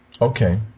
Okay